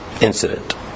incident